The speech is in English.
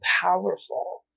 powerful